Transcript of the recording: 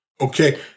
Okay